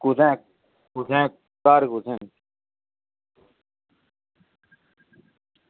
कुत्थें कुत्थें घर कुत्थें